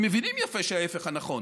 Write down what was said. הם מבינים יפה שההפך הנכון: